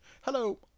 Hello